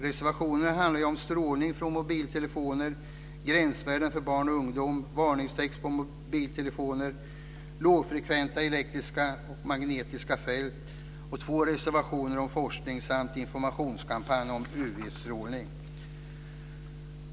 Reservationerna handlar om strålning från mobiltelefoner, gränsvärden för barn och ungdom, varningstext på mobiltelefoner och lågfrekventa elektriska och magnetiska fält. Det finns två reservationer om forskning samt informationskampanj om UV-strålning.